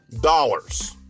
dollars